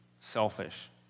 selfish